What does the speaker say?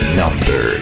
number